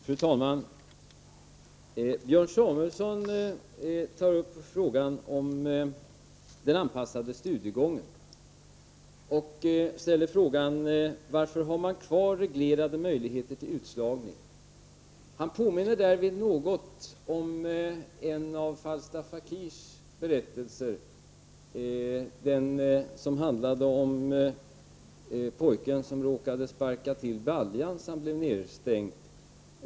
Fru talman! Björn Samuelson tar upp frågan om den anpassade studiegången och ställer frågan: Varför har man kvar reglerade möjligheter till utslagning? Han påminner därvid något om en av Falstaff Fakirs berättelser som handlar om pojken som råkade sparka till en balja, så att han blev nedstänkt.